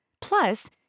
Plus